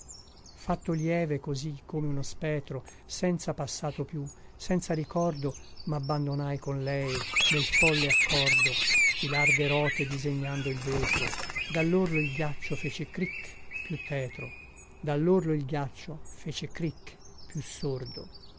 fatto lieve così come uno spetro senza passato più senza ricordo mabbandonai con lei nel folle accordo di larghe rote disegnando il vetro dallorlo il ghiaccio fece cricch più tetro dallorlo il ghiaccio fece cricch più sordo